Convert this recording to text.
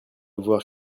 voir